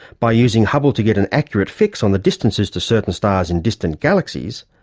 by using hubble to get an accurate fix on the distances to certain stars in distant galaxies,